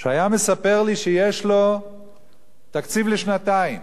שהיה מספר לי שיש לו תקציב לשנתיים